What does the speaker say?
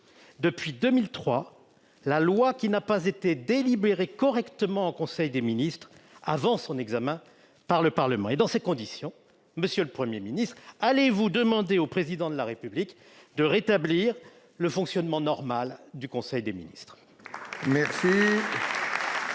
depuis 2003 la loi qui n'a pas été délibérée correctement en conseil des ministres avant son examen par le Parlement. Dans ces conditions, monsieur le Premier ministre, allez-vous demander au Président de la République de rétablir le fonctionnement normal du conseil des ministres ?